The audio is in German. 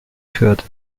fürth